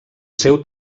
seu